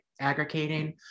aggregating